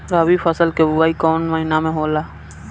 रबी फसल क बुवाई कवना महीना में होला?